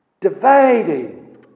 Dividing